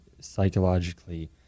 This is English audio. psychologically